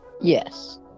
Yes